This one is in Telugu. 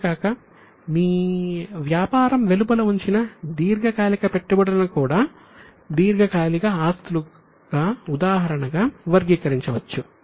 ఇదే కాక మీ వ్యాపారం వెలుపల ఉంచిన దీర్ఘకాలిక పెట్టుబడులను కూడా దీర్ఘకాలిక ఆస్తులకు ఉదాహరణగా చెప్పవచ్చు